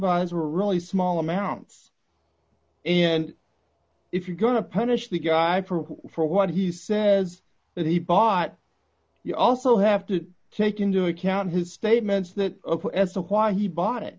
were really small amounts and if you're going to punish the guy for for what he says that he bought you also have to take into account his statements that of as to why he bought it